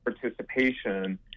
participation